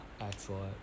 excellent